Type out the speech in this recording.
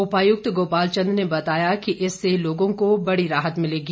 उपायुक्त गोपाल चंद ने बताया कि इससे लोगों को बड़ी राहत मिलेगी